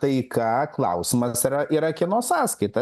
taika klausimas yra yra kieno sąskaita